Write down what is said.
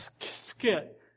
skit